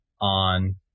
on